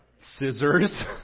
scissors